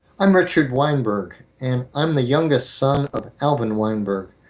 i'm richard weinberg, and i'm the youngest son of alvin weinberg.